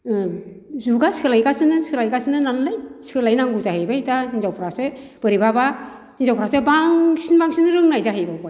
जुगा सोलायगासिनो सोलायगासिनो नालाय सोलायनांगौ जाहैबाय दा हिनजावफ्रासो बोरैबाबा हिनजाफ्रासो बांसिन बांसिन रोंनाय जाहैबावबाय